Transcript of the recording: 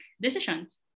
decisions